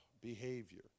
behavior